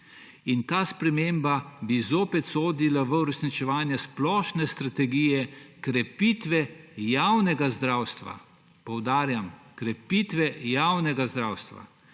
Ta sprememba bi zopet sodila v uresničevanje splošne strategije krepitve javnega zdravstva. Poudarjam, krepitve javnega zdravstva,